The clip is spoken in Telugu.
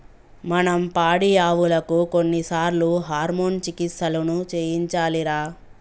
మనం పాడియావులకు కొన్నిసార్లు హార్మోన్ చికిత్సలను చేయించాలిరా